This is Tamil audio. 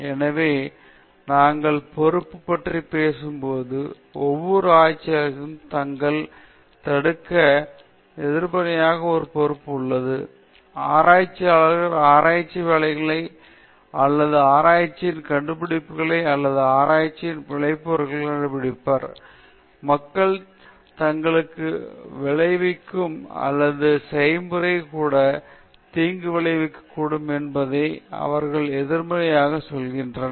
எனவே நாங்கள் பொறுப்பு பற்றி பேசும் போது ஒவ்வொரு ஆராய்ச்சியாளருக்கும் தீங்கு தடுக்க எதிர்மறையாக ஒரு பொறுப்பு உள்ளது ஆராய்ச்சியாளர்கள் ஆராய்ச்சி வேலைகள் அல்லது ஆராய்ச்சியின் கண்டுபிடிப்புகள் அல்லது ஆராய்ச்சியின் விளைபொருள்களை கண்டுபிடிப்பவர்கள் மக்களுக்கு தீங்கு விளைவிக்கும் அல்லது செயல்முறை கூட தீங்கு விளைவிக்கக்கூடும் என்பதால் நான் அதை எதிர்மறையாகச் சொல்கிறேன்